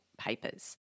papers